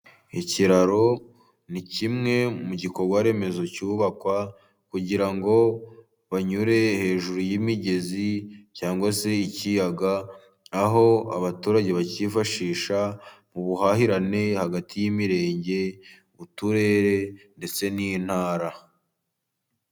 Ikiraro, ni kimwe mu gikorwaremezo cyubakwa, kugira ngo banyure hejuru y'imigezi, cyangwa se ikiyaga, aho abaturage bacyifashisha mu buhahirane hagati y'imirenge, uturere, ndetse n'intara.